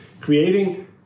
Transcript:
creating